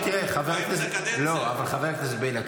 חבר הכנסת בליאק,